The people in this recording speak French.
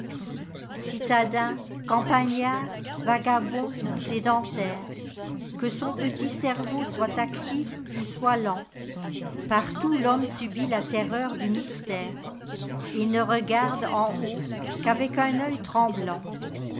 citadin campagnard vagabond sédentaire que son petit cerveau soit actif ou soit lent partout l'homme subit la terreur du mystère et ne regarde en haut qu'avec un œil tremblant